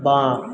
বাঁ